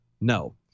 No